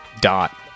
dot